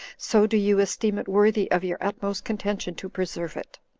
so do you esteem it worthy of your utmost contention to preserve it